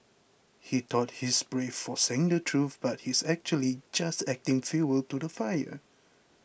he thought he's brave for saying the truth but he's actually just adding fuel to the fire